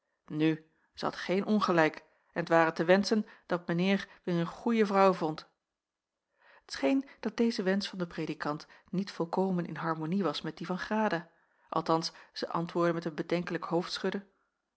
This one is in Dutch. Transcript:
nu zij had geen ongelijk en t ware te wenschen dat mijn heer weêr een goeje vrouw vond t scheen dat deze wensch van den predikant niet volkomen in harmonie was met dien van grada althans zij antwoordde met een bedenkelijk